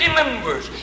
members